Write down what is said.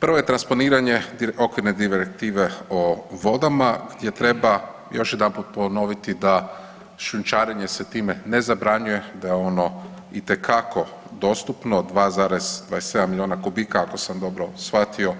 Prvo je transponiranje okvire direktive o vodama gdje treba još jedanput ponoviti da šljunčarenje se time ne zabranjuje da je ono itekako dostupno 2,27 miliona kubika ako sam dobro shvatio